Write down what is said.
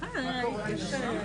הישיבה